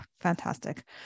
Fantastic